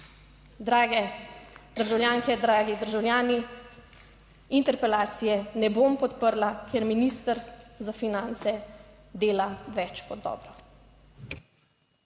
Drage državljanke, dragi državljani, interpelacije ne bom podprla, ker minister za finance dela več kot dobro.